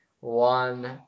One